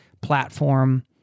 platform